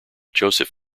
joseph